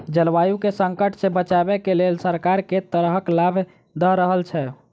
जलवायु केँ संकट सऽ बचाबै केँ लेल सरकार केँ तरहक लाभ दऽ रहल छै?